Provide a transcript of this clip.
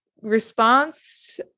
response